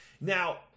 now